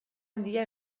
handia